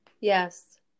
Yes